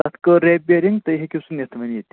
تَتھ کٔر رٮ۪پیرِنٛگ تُہۍ ہیٚکِو سُہ نِتھ وۄنۍ ییٚتہِ